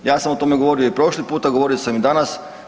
Ja sam o tome govorio i prošli puta, govorio sam i danas.